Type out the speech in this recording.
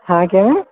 ਹਾਂ ਕਿਵੇਂ